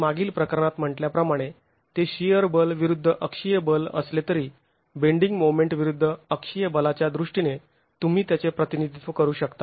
मी मागील प्रकरणात म्हंटल्याप्रमाणे ते शिअर बल विरुद्ध अक्षीय बल असले तरी बेंडिंग मोमेंट विरुद्ध अक्षीय बलाच्या दृष्टीने तुम्ही त्याचे प्रतिनिधित्व करू शकता